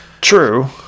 True